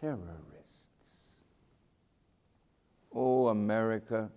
terror oh america